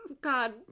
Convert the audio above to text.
God